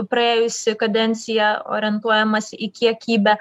praėjusi kadencija orientuojamasi į kiekybę